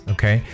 Okay